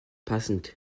passend